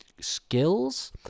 skills